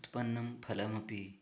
उत्पन्नं फलमपि